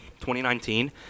2019